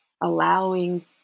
allowing